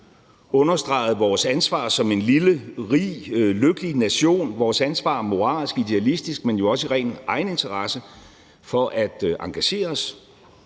understregede vores ansvar som en lille rig, lykkelig nation; vores ansvar moralsk og idealistisk, men jo også i ren egeninteresse for at engagere os,